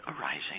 arising